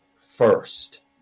first